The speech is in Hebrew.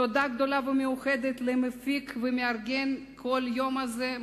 תודה גדולה ומיוחדת למפיק ולמארגן של כל היום הזה,